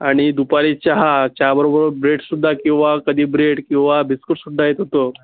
आणि दुपारी चहा चहाबरोबर ब्रेडसुद्धा किंवा कधी ब्रेड किंवा बिस्कुटसुद्धा येत होतं